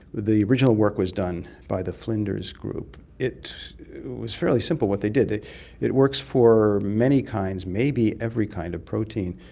the original work was done by the flinders group. it was fairly simple what they did. it works for many kinds, maybe every kind of protein.